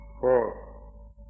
four